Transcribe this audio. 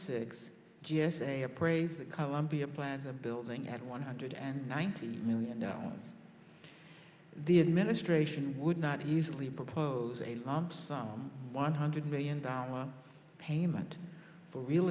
six g s a appraised the columbia plaza building at one hundred and ninety million dollars the administration would not easily propose a lump sum one hundred million dollars payment for real